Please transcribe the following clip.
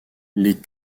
les